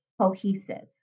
cohesive